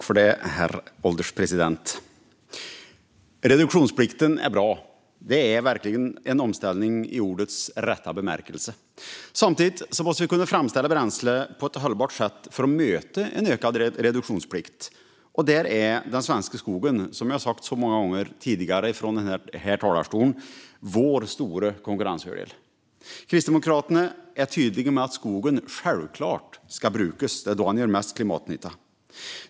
Herr ålderspresident! Reduktionsplikten är bra. Detta är verkligen en omställning i ordets rätta bemärkelse. Samtidigt måste vi kunna framställa bränsle på ett hållbart sätt för att möta en ökad reduktionsplikt. Där är den svenska skogen, som jag har sagt så många gånger tidigare från denna talarstol, vår stora konkurrensfördel. Kristdemokraterna är tydliga med att skogen självklart ska brukas; det är då den gör mest klimatnytta.